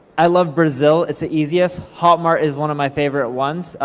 i love brazil, it's the easiest. hotmart is one of my favorite ones,